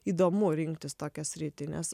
įdomu rinktis tokią sritį nes